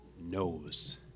knows